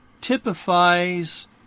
typifies